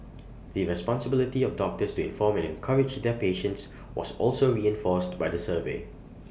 the responsibility of doctors to inform and encourage their patients was also reinforced by the survey